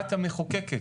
את המחוקקת,